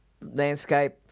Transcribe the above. landscape